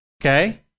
okay